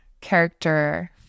character